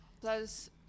Plus